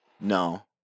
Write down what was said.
no